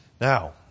Now